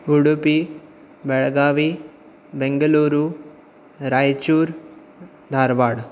Udupi Belagavi Mangaluru Raichur Dharwad